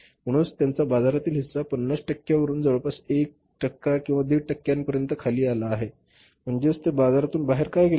म्हणूनच त्यांचा बाजाराचा हिस्सा 50 टक्क्यांवरून जवळपास 1 टक्के किंवा दीड टक्क्यांपर्यंत खाली आला आहे म्हणजेच ते बाजारातून बाहेर का गेले आहेत